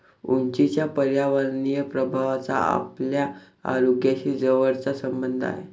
उंचीच्या पर्यावरणीय प्रभावाचा आपल्या आरोग्याशी जवळचा संबंध आहे